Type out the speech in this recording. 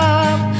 up